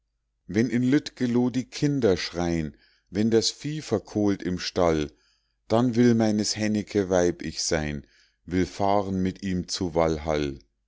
wenn in lüttgeloh die kinder schrein wenn das vieh verkohlt im stall dann will meines hennecke weib ich sein will fahren mit ihm zu walhall